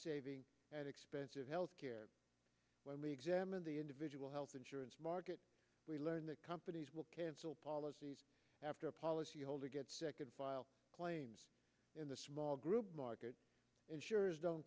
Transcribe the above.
lifesaving and expensive health care when we examine the individual health insurance market we learn that companies will cancel policies after a policy holder gets sick and file claims in the small group market insurers don't